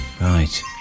right